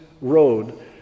road